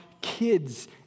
kids